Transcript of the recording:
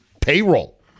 payroll